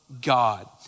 God